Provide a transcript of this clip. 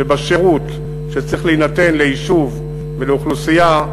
בשירות שצריך להינתן ליישוב ולאוכלוסייה,